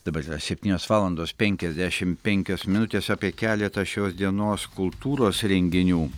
dabar yra septynios valandos penkiasdešim penkios minutės apie keletą šios dienos kultūros renginių